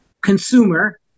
consumer